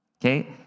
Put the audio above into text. Okay